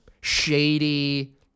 shady